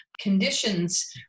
conditions